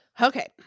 Okay